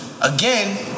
again